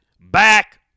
back